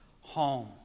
Home